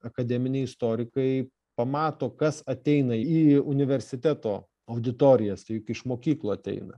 akademiniai istorikai pamato kas ateina į universiteto auditorijas tai juk iš mokyklų ateina